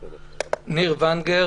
בבקשה.